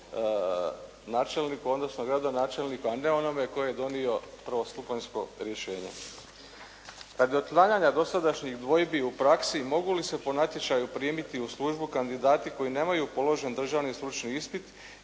načelnik, odnosno gradonačelniku, a ne onome tko je donio prvostupanjsko rješenje. Radi otklanjanja dosadašnjih dvojbi u praksi mogu li se po natječaju primiti u službu kandidati koji nemaju položen državni stručni ispit